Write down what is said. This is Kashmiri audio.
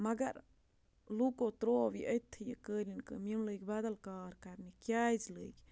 مگر لوٗکو ترٛوو یہِ أتھی یہِ قٲلیٖن کٲم یِم لٔگۍ بَدل کار کَرنہِ کیازِ لٔگۍ